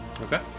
Okay